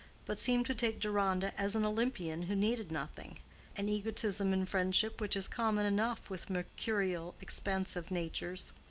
but seemed to take deronda as an olympian who needed nothing an egotism in friendship which is common enough with mercurial, expansive natures.